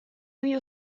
you